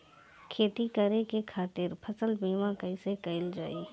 खेती करे के खातीर फसल बीमा कईसे कइल जाए?